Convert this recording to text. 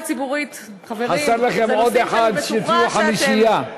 חסר לכם עוד אחד שתהיו חמישייה.